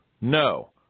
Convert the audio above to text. No